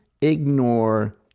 ignore